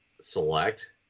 select